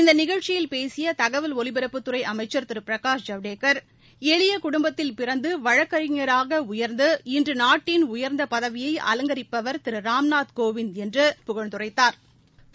இந்தநிகழ்ச்சியில் பேசியதகவல் ஒலிபரப்புத்துறைஅமைச்சர் திருபிரகாஷ் ஜவடேக்கர் எளியகுடும்பத்தில் பிறந்து வழக்கறிஞராகஉயர்ந்து இன்றுநாட்டின் உயர்ந்தபதவியை அலங்கரிப்பவர் திருராம்நாத் கோவிந்த் என்று புகழ்ந்துரைத்தாா்